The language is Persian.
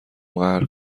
قهر